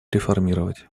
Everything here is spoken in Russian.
реформировать